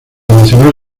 nacional